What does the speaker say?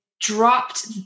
dropped